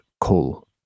call